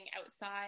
outside